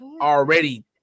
already